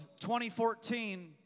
2014